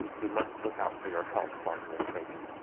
you must look out for your health while you are training.